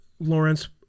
Lawrence